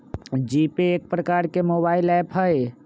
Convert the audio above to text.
GPay एक प्रकार के मोबाइल ऐप हइ